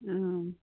ও